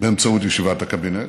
באמצעות ישיבת הקבינט,